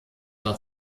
war